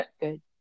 good